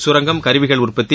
கரங்கம் கருவிகள் உற்பத்தி